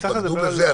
תתמקדו בזה.